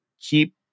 keep